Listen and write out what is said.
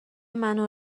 منو